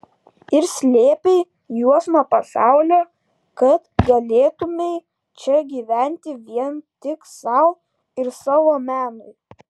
ir slėpei juos nuo pasaulio kad galėtumei čia gyventi vien tik sau ir savo menui